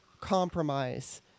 compromise